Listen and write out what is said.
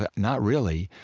but not really.